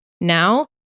now